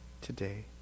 today